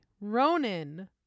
Ronan